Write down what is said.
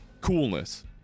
coolness